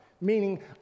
meaning